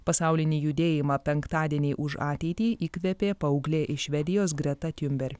pasaulinį judėjimą penktadieniai už ateitį įkvėpė paauglė iš švedijos greta tiunber